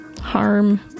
harm